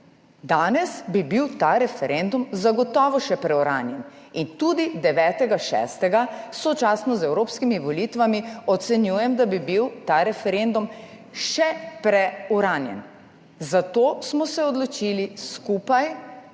Danes bi bil ta referendum zagotovo še preuranjen in tudi 9. 6., sočasno z evropskimi volitvami, ocenjujem, da bi bil ta referendum še preuranjen. Zato smo se odločili skupaj